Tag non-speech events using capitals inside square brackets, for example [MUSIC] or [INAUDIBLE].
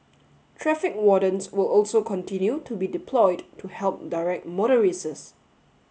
traffic wardens will also continue to be deployed to help direct [UNINTELLIGIBLE]